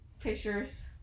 pictures